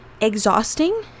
exhausting